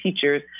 teachers